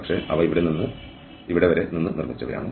പക്ഷേ ഇവ ഇവിടെ നിന്ന് ഇവിടെ വരെ നിന്ന് നിർമ്മിച്ചവയാണ്